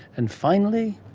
and finally?